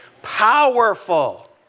powerful